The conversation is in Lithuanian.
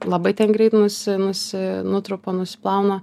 labai greit nusi nusi nutrupa nusiplauna